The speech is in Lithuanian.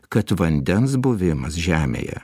kad vandens buvimas žemėje